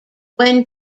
when